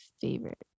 favorite